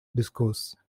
discourse